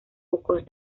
pocos